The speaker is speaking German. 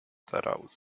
daraus